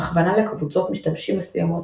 הכוונה לקבוצות משתמשים מסוימות,